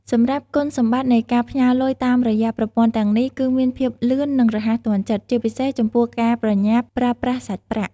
សម្រាប់គុណសម្បត្តិនៃការផ្ញើរលុយតាមរយៈប្រព័ន្ធទាំងនេះ គឺមានភាពលឿននិងរហ័សទាន់ចិត្ត ជាពិសេសចំពោះការប្រញាប់ប្រើប្រាស់សាច់ប្រាក់។